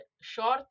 short